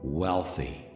wealthy